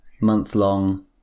month-long